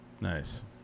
Nice